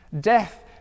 death